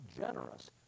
generous